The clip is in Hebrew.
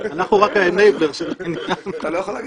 אנחנו רק ה --- אתה לא יכול להגיד,